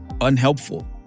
unhelpful